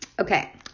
Okay